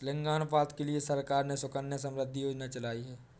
लिंगानुपात के लिए सरकार ने सुकन्या समृद्धि योजना चलाई है